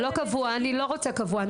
אני לא רוצה קבוע.